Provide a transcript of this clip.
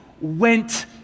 went